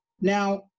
Now